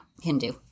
Hindu